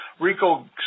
RICO